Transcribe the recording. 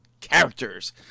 characters